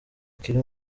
akiri